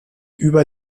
über